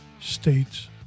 States